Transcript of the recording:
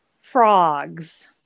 frogs